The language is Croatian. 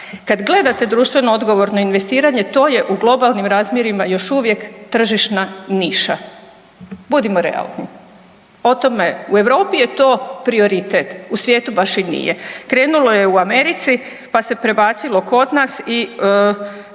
Kad gledate društveno odgovorno investiranje to je u globalnim razmjerima to još uvijek tržišna niša, budimo realni, o tome u Europi je to prioritet, u svijetu baš i nije. Krenulo je u Americi, pa se prebacilo kod nas i